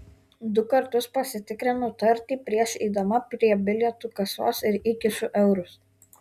du kartus pasitikrinu tartį prieš eidama prie bilietų kasos ir įkišu eurus